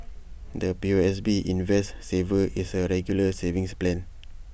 the P O S B invest saver is A regular savings plan